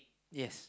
yes